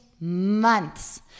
months